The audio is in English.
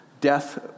Death